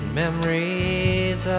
memories